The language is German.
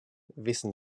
wissen